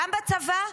גם בצבא,